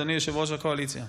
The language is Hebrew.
אדוני יושב-ראש הקואליציה.